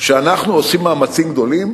שאנחנו עושים מאמצים גדולים